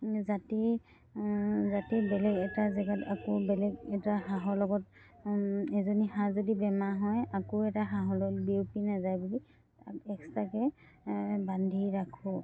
যাতে যাতে বেলেগ এটা জেগাত আকৌ বেলেগ এটা হাঁহৰ লগত এজনী হাঁহ যদি বেমাৰ হয় আকৌ এটা হাঁহলৈ বিয়পি নাযায় বুলি তাক এক্সট্ৰাকৈ বান্ধি ৰাখোঁ